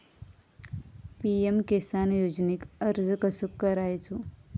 PM Kisan योजनेक अर्ज कसो करायचो?